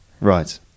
Right